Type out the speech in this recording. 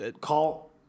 call